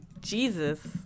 Jesus